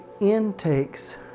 intakes